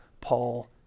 Paul